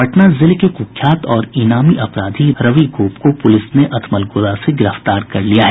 पटना जिले के कुख्यात और इनामी अपराधी रवि गोप को पुलिस ने अथमलगोला से गिरफ्तार कर लिया है